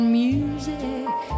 music